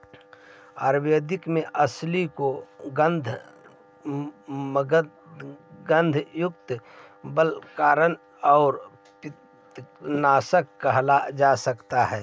आयुर्वेद में अलसी को मन्दगंधयुक्त, बलकारक और पित्तनाशक कहल जा हई